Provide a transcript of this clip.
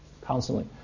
constantly